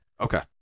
Okay